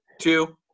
two